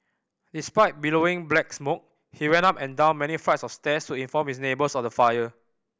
despite billowing black smoke he went up and down many flights of stairs to inform his neighbours of the fire